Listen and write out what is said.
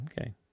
Okay